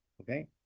Okay